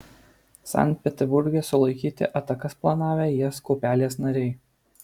sankt peterburge sulaikyti atakas planavę is kuopelės nariai